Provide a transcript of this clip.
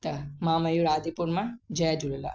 त मां मयुर आदिपुर मां जय झूलेलाल